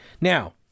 Now